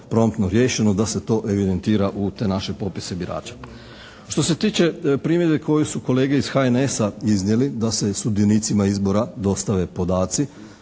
da se to evidentira u te naše popise birača. Što se tiče primjedbe koju su kolege iz HNS-a iznijeli da se sudionicima izbora dostave podaci